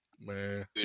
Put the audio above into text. man